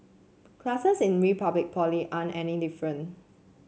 classes in Republic Poly aren't any different